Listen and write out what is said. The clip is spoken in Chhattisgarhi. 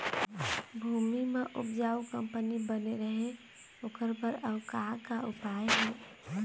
भूमि म उपजाऊ कंपनी बने रहे ओकर बर अउ का का उपाय हे?